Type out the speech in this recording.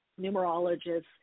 numerologists